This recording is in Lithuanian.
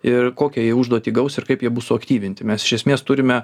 ir kokią jie užduotį gaus ir kaip jie bus suaktyvinti mes iš esmės turime